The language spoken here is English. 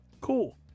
cool